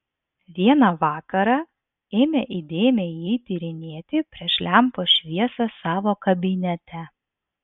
vieną vakarą ėmė įdėmiai jį tyrinėti prieš lempos šviesą savo kabinete